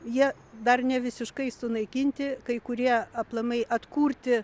jie dar ne visiškai sunaikinti kai kurie aplamai atkūrti